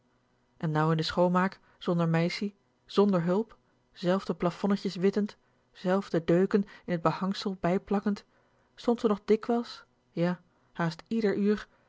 en nou in den schoonmaak zonder meissie zonder hulp zelf de plafonnetjes wittend zelf de deuken in t behangsel bij stond ze nog dikwijls ja haast ieder uur